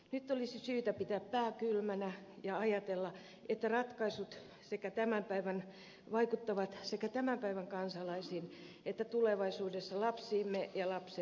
nyt olisi syytä pitää pää kylmänä ja ajatella että ratkaisut vaikuttavat sekä tämän päivän kansalaisiin että tulevaisuudessa lapsiimme ja lapsenlapsiimme